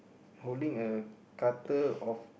holding a cutter of